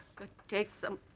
good take some